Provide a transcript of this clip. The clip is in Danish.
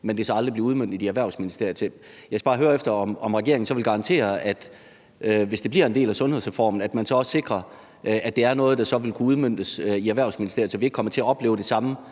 men det er så aldrig blevet udmøntet i Erhvervsministeriet. Jeg skal bare høre, om regeringen så vil garantere, at man, hvis det bliver en del af sundhedsreformen, så også sikrer, at det er noget, der så vil kunne udmøntes i Erhvervsministeriet, så vi ikke kommer til at opleve det samme